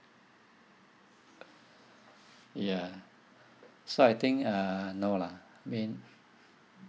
ya so I think uh no lah I mean